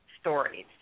stories